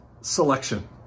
Selection